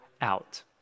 out